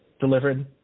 delivered